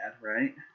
right